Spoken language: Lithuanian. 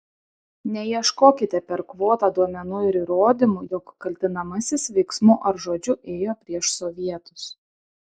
neieškokite per kvotą duomenų ir įrodymų jog kaltinamasis veiksmu ar žodžiu ėjo prieš sovietus